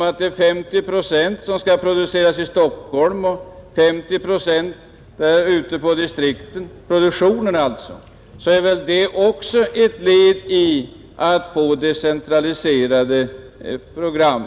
Att 50 procent av programmen skall produceras i Stockholm och 50 procent anskaffas på annat sätt är emellertid ett led i strävandena att få decentraliserade program.